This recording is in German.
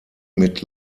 mit